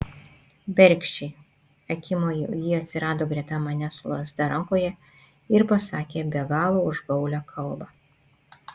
bergždžiai akimoju ji atsirado greta manęs su lazda rankoje ir pasakė be galo užgaulią kalbą